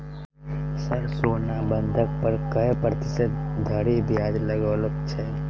Sir सोना बंधक पर कऽ प्रतिशत धरि ब्याज लगाओल छैय?